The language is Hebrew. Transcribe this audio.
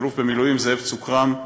תת-אלוף במילואים זאב צוק-רם,